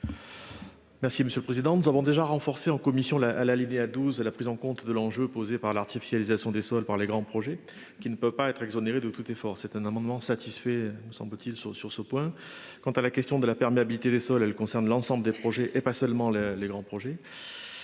monsieur le président. Nous avons déjà renforcé en commission là à la l'idée à 12 et la prise en compte de l'enjeu posé par l'artificialisation des sols par les grands projets qui ne peut pas être exonérés de tout effort. C'est un amendement satisfait semble-t-il sur ce point. Quant à la question de la perméabilité des sols. Elle concerne l'ensemble des projets et pas seulement les les grands projets.